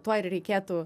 tuo ir reikėtų